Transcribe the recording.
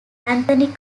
anthony